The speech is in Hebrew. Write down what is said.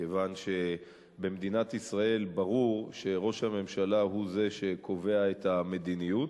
כיוון שבמדינת ישראל ברור שראש הממשלה הוא שקובע את המדיניות.